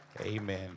amen